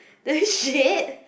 the shit